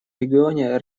регионе